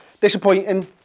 Disappointing